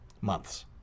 months